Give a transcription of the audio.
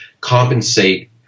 compensate